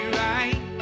right